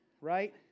right